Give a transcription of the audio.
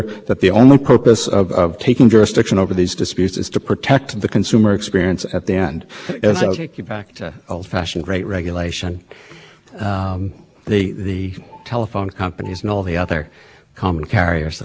to the jurisdiction of the commission and i don't think that the commission has done anything radically different here and it's certainly falls within the scope of their power under title to to reach practices that have a manifest harmful effect on the use th